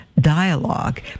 dialogue